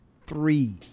three